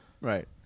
Right